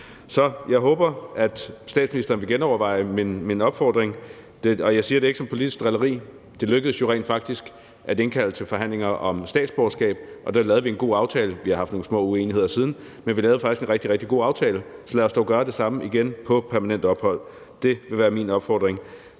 Så jeg håber, at statsministeren vil genoverveje min opfordring, og jeg siger det ikke som politisk drilleri. Det lykkedes jo rent faktisk at indkalde til forhandlinger om statsborgerskab, og der lavede vi en god aftale. Vi har haft nogle små uenigheder siden, men vi lavede faktisk en rigtig, rigtig god aftale. Så lad os dog gøre det samme igen i forhold til permanent ophold. Det vil være min opfordring.